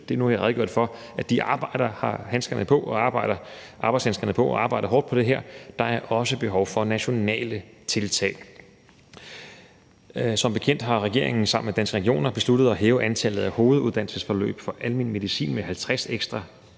for, at de har arbejdshandskerne på og arbejder hårdt for det her, men der er også behov for nationale tiltag. Som bekendt har regeringen sammen med Danske Regioner besluttet at hæve antallet af hoveduddannelsesforløb for almen medicin med 50 ekstra